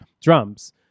drums